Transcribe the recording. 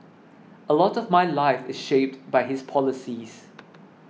a lot of my life is shaped by his policies